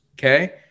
Okay